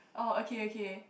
oh okay okay